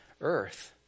earth